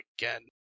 again